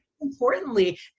importantly